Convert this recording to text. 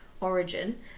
origin